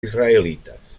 israelites